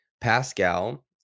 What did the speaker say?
Pascal